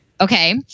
okay